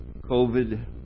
COVID